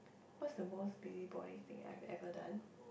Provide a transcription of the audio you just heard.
what's the most busybody thing I've ever done